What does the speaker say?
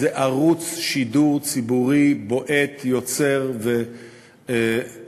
זה ערוץ שידור ציבורי בועט, יוצר ואחר,